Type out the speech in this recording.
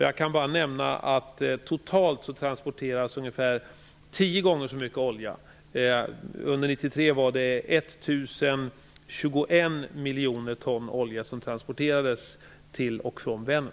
Jag kan bara nämna att totalt transporteras ungefär tio gånger så mycket olja. Under 1993 var det 1 021 miljoner ton olja som tranporterades till och från Vänern.